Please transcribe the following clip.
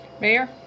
Mayor